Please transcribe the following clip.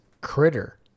critter